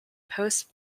post